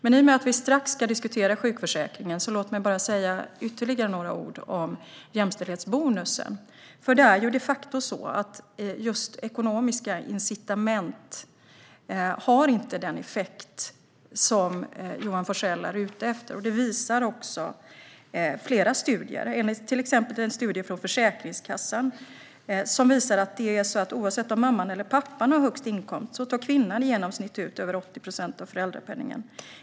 I och med att vi strax ska diskutera sjukförsäkringen, låt mig säga ytterligare några ord om jämställdhetsbonusen. Det är de facto så att just ekonomiska incitament inte har den effekt som Johan Forssell är ute efter. Det visar också flera studier. En studie från Försäkringskassan visar att oavsett om mamman eller pappan har högst inkomst tar kvinnan i genomsnitt ut över 80 procent av föräldrapenningen.